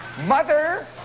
Mother